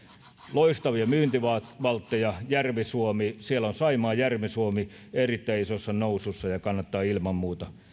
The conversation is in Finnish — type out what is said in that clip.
loistavia myyntivaltteja siellä on saimaa järvi suomi erittäin isossa nousussa ja ja kannattaa